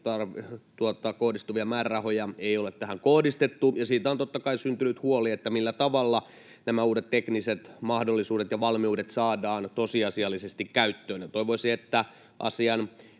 kohdistuvia määrärahoja ei ole tähän kohdistettu, ja siitä on totta kai syntynyt huoli, millä tavalla nämä uudet tekniset mahdollisuudet ja valmiudet saadaan tosiasiallisesti käyttöön. Toivoisin, että asian